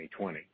2020